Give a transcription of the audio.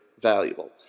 valuable